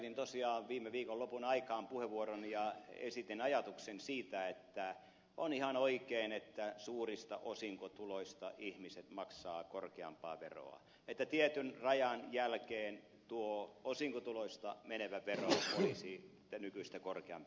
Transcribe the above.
käytin tosiaan viime viikonlopun aikaan puheenvuoron ja esitin ajatuksen siitä että on ihan oikein että suurista osinkotuloista ihmiset maksavat korkeampaa veroa että tietyn rajan jälkeen tuo osinkotuloista menevä vero olisi nykyistä korkeampi